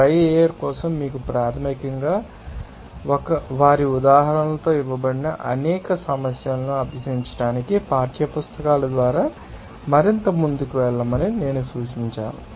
dry air కోసం మీకు ప్రాథమికంగా అవసరం వారి ఉదాహరణలలో ఇవ్వబడిన అనేక సమస్యలను అభ్యసించడానికి పాఠ్యపుస్తకాల ద్వారా మరింత ముందుకు వెళ్ళమని నేను సూచించాను